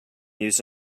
used